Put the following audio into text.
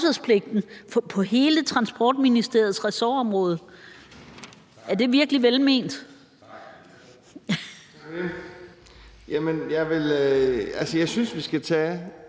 på hele Transportministeriets ressortområde. Er det virkelig velment?